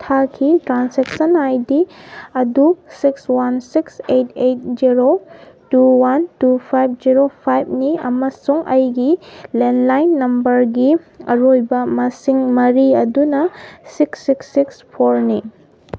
ꯊꯥꯈꯤ transaction I D ꯑꯗꯨ six one six eight eight zero two one two five zero ꯐꯥꯏꯚꯅꯤ ꯑꯃꯁꯨꯡ ꯑꯩꯒꯤ ꯂꯦꯟꯂꯥꯏꯟ ꯅꯝꯕꯔꯒꯤ ꯑꯔꯣꯏꯕ ꯃꯁꯤꯡ ꯃꯔꯤ ꯑꯗꯨꯅ ꯁꯤꯛꯁ ꯁꯤꯛꯁ ꯁꯤꯛꯁ ꯐꯣꯔꯅꯤ